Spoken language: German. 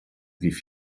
wie